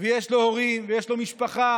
ויש לו הורים ויש לו משפחה,